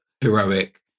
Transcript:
heroic